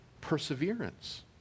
perseverance